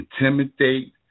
intimidate